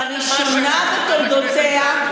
לראשונה בתולדותיה,